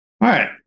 right